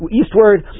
eastward